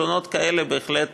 תלונות כאלה, בהחלט,